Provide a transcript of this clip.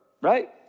right